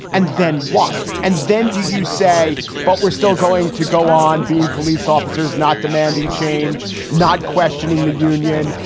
and then what? and then do you say but we're still going to go on being police officers, not demanding change, not questioning the union,